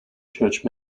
church